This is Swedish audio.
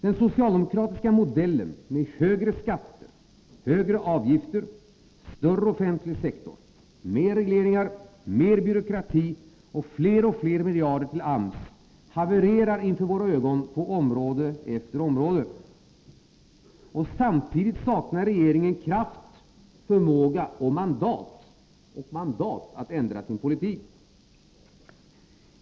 Den socialdemokratiska modellen med högre skatter, högre avgifter, större offentlig sektor, mer regleringar, mer byråkrati och fler och fler miljarder till AMS havererar inför våra ögon på område efter område. Samtidigt saknar regeringen kraft, förmåga och mandat att ändra sin politik.